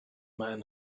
man